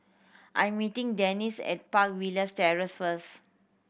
I'm meeting Dennis at Park Villas Terrace first